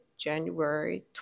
January